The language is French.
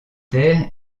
terres